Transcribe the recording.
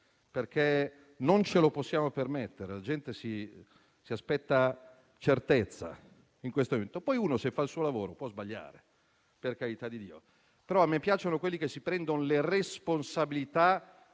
perché non ce le possiamo permettere. La gente si aspetta certezza in questo momento. Certo, chi fa il suo lavoro può sbagliare, per carità di Dio; però a me piacciono quelli che si prendono le responsabilità